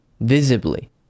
visibly